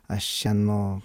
aš čia nu